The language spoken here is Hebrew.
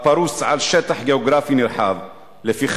לפי